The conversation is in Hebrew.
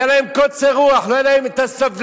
היה להם קוצר רוח, לא היתה להם סבלנות